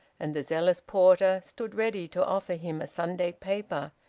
and the zealous porter stood ready to offer him a sunday paper,